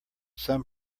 some